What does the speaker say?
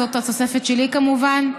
זו התוספת שלי כמובן,